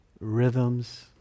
rhythms